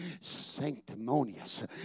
sanctimonious